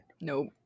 Nope